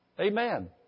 Amen